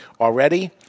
already